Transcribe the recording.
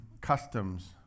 customs